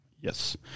Yes